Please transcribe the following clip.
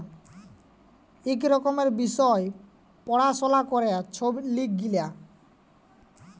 ইক রকমের বিষয় পাড়াশলা ক্যরে ছব লক গিলা